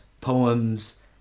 poems